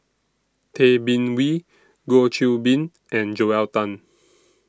Tay Bin Wee Goh Qiu Bin and Joel Tan